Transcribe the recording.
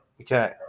Okay